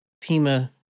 Pima